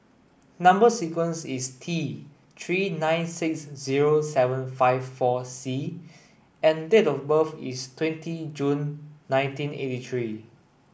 number sequence is T three nine six zero seven five four C and date of birth is twenty June nineteen eighty three